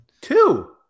Two